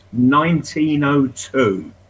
1902